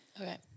Okay